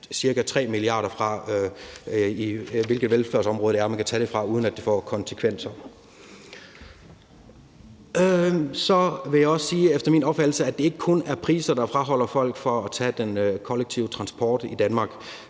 ca. 3 mia. kr. fra, altså hvilke velfærdsområder det er, man kan tage dem fra, uden at det får konsekvenser. Så vil jeg også sige, at det efter min opfattelse ikke kun er priser, der afholder folk fra at tage den kollektive transport i Danmark.